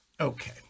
Okay